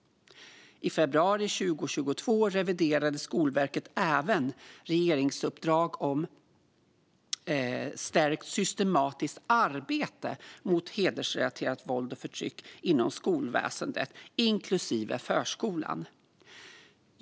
I februari 2022 redovisade Skolverket även ett regeringsuppdrag om stärkt systematiskt arbete mot hedersrelaterat våld och förtryck inom skolväsendet, inklusive förskolan.